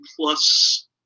plus